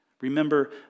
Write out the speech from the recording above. Remember